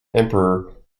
emperor